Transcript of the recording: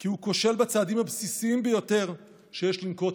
כי הוא כושל בצעדים הבסיסיים ביותר שיש לנקוט.